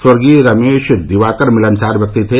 स्वर्गीय रमेश दिवाकर मिलनसार व्यक्ति थे